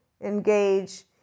engage